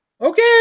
Okay